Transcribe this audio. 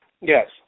yes